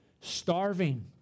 Starving